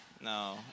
No